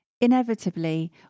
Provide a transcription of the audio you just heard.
Inevitably